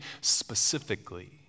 specifically